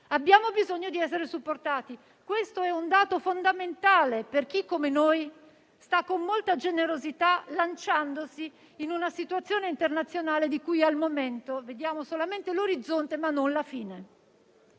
Abbiamo bisogno di essere supportati, questo è un dato fondamentale per chi come noi si sta lanciando con molta generosità in una situazione internazionale di cui al momento vediamo solamente l'orizzonte, ma non la fine.